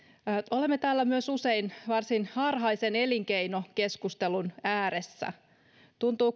olemme täällä myös usein varsin harhaisen elinkeinokeskustelun ääressä tuntuu